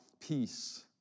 peace